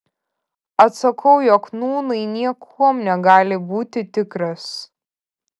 atsakau jog nūnai niekuom negali būti tikras